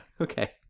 Okay